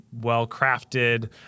well-crafted